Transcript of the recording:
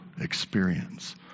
experience